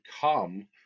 come